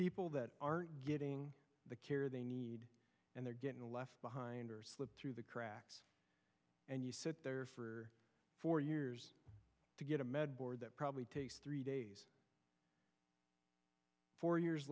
people that aren't getting the care they need and they're getting left behind or slip through the cracks and you sit there for four years to get a med board that probably takes three days four years